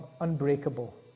unbreakable